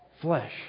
flesh